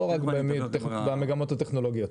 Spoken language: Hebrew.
לא רק במגמות הטכנולוגיות.